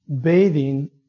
bathing